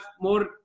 more